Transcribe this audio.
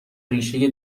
ریشه